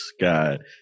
god